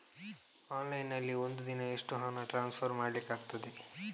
Online ನಲ್ಲಿ ಒಂದು ದಿನ ಎಷ್ಟು ಹಣ ಟ್ರಾನ್ಸ್ಫರ್ ಮಾಡ್ಲಿಕ್ಕಾಗ್ತದೆ?